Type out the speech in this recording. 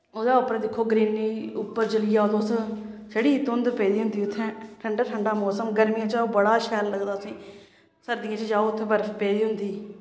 ओह्दै उप्पर दिक्खो ग्रीनरी उप्पर चली जाओ तुस छड़ी धुंध पेदी होंदी उत्थें ठंडा ठंडा मौसम गर्मियैं च ओह् बड़ा शैल लगदा तुसेंगी सर्दियें च जाओ उत्थें बर्फ पेदी होंदी